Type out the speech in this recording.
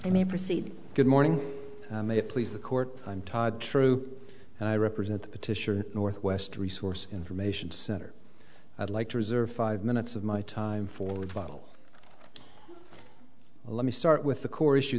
i mean proceed good morning may it please the court i'm todd true and i represent the petitioner northwest resource information center i'd like to reserve five minutes of my time for a while let me start with the core issue